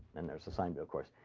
then there's the sign bit, of course.